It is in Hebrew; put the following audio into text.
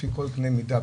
לפי כל קנה מדינה,